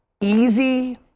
easy